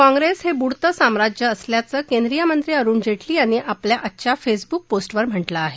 काँग्रेस हे बुडतं साम्राज्य असल्याचं केंद्रीय मंत्री अरुण जेटली यांनी आपल्या आजच्या फेसबुक पोस्टवर म्हटलं आहे